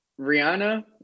Rihanna